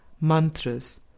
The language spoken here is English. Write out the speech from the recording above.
mantras